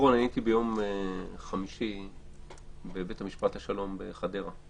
הייתי ביום חמישי בבית משפט השלום בחדרה.